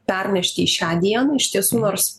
atsigulu pernešti į šią dieną iš tiesų nors